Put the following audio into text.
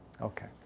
Okay